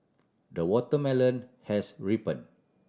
the watermelon has ripen